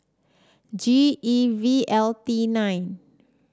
G E V L T nine